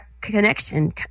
connection